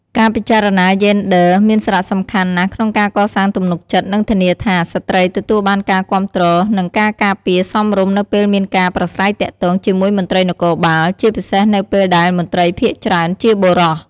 ការពិចារណាយេនឌ័រមានសារៈសំខាន់ណាស់ក្នុងការកសាងទំនុកចិត្ត និងធានាថា ស្ត្រីទទួលបានការគាំទ្រ និងការការពារសមរម្យនៅពេលមានការប្រាស្រ័យទាក់ទងជាមួយមន្ត្រីនគរបាល ជាពិសេសនៅពេលដែលមន្ត្រីភាគច្រើនជាបុរស។